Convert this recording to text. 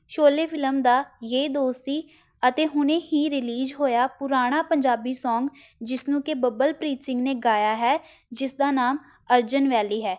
ਛੋਲੇ film ਦਾ ਯੇਹ ਦੋਸਤੀ ਅਤੇ ਹੁਣੇ ਹੀ ਰਿਲੀਜ਼ ਹੋਇਆ ਪੁਰਾਣਾ ਪੰਜਾਬੀ ਸੌਂਗ ਜਿਸ ਨੂੰ ਕਿ ਬੱਬਲਪ੍ਰੀਤ ਸਿੰਘ ਨੇ ਗਾਇਆ ਹੈ ਜਿਸ ਦਾ ਨਾਮ ਅਰਜਨ ਵੈਲੀ ਹੈ